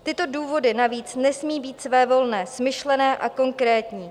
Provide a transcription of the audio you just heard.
Tyto důvody navíc nesmí být svévolné, smyšlené a konkrétní.